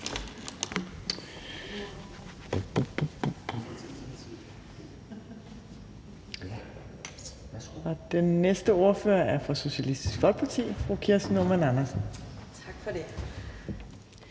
Den næste ordfører er fra Socialistisk Folkeparti, fru Kirsten Normann Andersen. Kl.